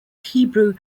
hebrew